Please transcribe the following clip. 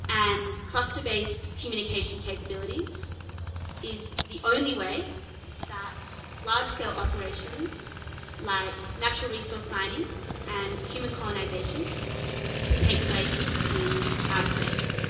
and cluster-based communication capabilities is the only way that large-scale operations like natural resource mining and human colonization can take place in outer space.